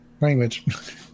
language